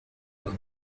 على